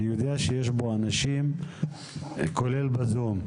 אני יודע שיש פה אנשים כולל בזום,